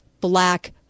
black